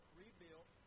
rebuilt